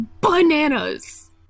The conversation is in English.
bananas